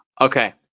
okay